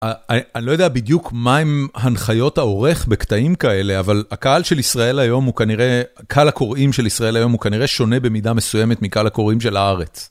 אני לא יודע בדיוק מה הם הנחיות העורך בקטעים כאלה, אבל הקהל של ישראל היום הוא כנראה, הקהל הקוראים של ישראל היום הוא כנראה שונה במידה מסוימת מקהל הקוראים של הארץ.